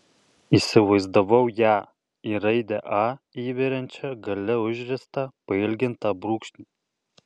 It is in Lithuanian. įsivaizdavau ją į raidę a įveriančią gale užriestą pailgintą brūkšnį